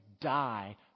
die